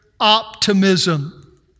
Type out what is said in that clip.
Optimism